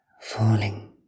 falling